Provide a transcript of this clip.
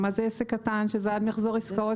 ומה זה עסק קטן שזה עד מחזור עסקאות